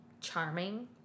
charming